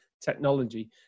technology